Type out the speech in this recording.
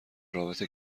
رابطه